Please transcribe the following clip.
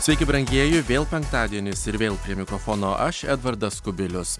sveiki brangieji vėl penktadienis ir vėl prie mikrofono aš edvardas kubilius